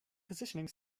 positioning